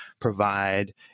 provide